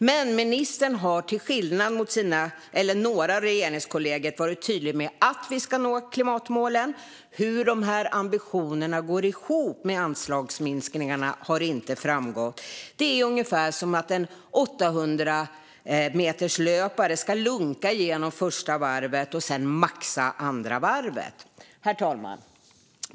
Men ministern har, till skillnad från några av sina regeringskollegor, varit tydlig med att vi ska nå klimatmålen. Hur dessa ambitioner går ihop med anslagsminskningarna har inte framgått. Det är ungefär som att en 800-meterslöpare lunkar genom första varvet för att sedan maxa andra varvet. Herr talman!